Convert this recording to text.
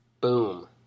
boom